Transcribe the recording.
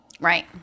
Right